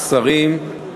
שרים,